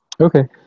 Okay